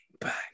back